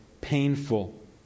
painful